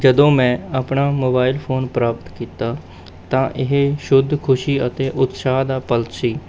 ਜਦੋਂ ਮੈਂ ਆਪਣਾ ਮੋਬਾਇਲ ਫੋਨ ਪ੍ਰਾਪਤ ਕੀਤਾ ਤਾਂ ਇਹ ਸ਼ੁੱਧ ਖੁਸ਼ੀ ਅਤੇ ਉਤਸ਼ਾਹ ਦਾ ਪਲ ਸੀ